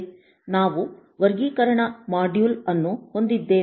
ನಾವು ವರ್ಗೀಕರಣ ಮಾಡ್ಯುಲ್ಅನ್ನು ಹೊಂದಿದ್ದೇವೆ